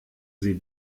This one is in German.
sie